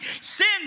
sin